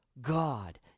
God